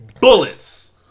bullets